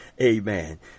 Amen